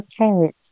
Okay